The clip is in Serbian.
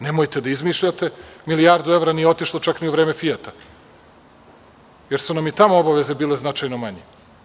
Nemojte da izmišljate, milijardu evra nije otišlo čak ni u vreme „Fiata“, jer su nam i tamo obaveze bile značajno manje.